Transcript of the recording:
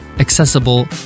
accessible